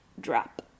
drop